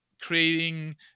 creating